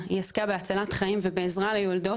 הייתה עסוקה בהצלת חיים ובעזרה ליולדות.